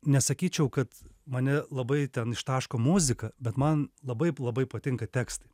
nesakyčiau kad mane labai ten ištaško muzika bet man labai labai patinka tekstai